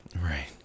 right